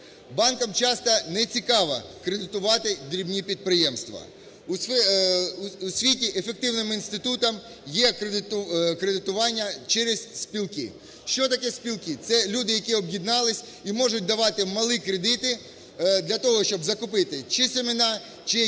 Банкам часто не цікаво кредитувати дрібні підприємства. У світі ефективним інститутом є кредитування через спілки. Що таке спілки? Це люди, які об'єднались і можуть давати малі кредити для того, щоб закупити чи семена, чи якісь